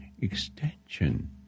extension